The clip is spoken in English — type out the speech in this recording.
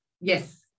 Yes